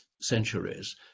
centuries